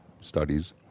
studies